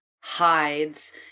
hides